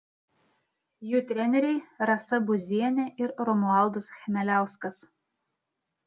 jų treneriai rasa buzienė ir romualdas chmeliauskas